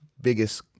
biggest